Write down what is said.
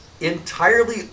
entirely